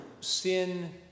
sin